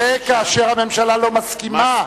זה, כאשר הממשלה לא מסכימה.